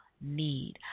need